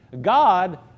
God